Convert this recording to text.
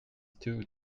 stew